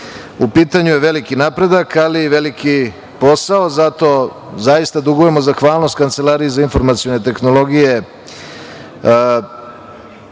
pitanju je veliki napredak, ali i veliki posao, zato zaista dugujemo zahvalnost Kancelariji za informacione tehnologije